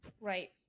right